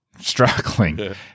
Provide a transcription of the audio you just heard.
struggling